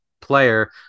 player